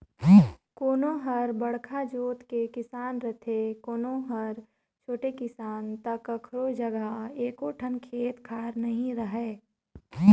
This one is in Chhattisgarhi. कोनो हर बड़का जोत के किसान रथे, कोनो हर छोटे किसान त कखरो जघा एको ठन खेत खार नइ रहय